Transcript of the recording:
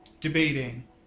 debating